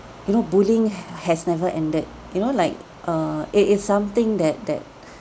you know bullying has never ended you know like uh it is something that that